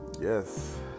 Yes